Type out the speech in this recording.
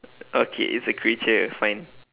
okay it's a creature fine